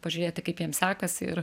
pažiūrėti kaip jiem sekasi ir